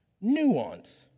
Nuance